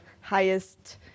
highest